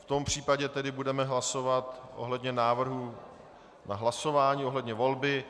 V tom případě tedy budeme hlasovat ohledně návrhu na hlasování ohledně volby.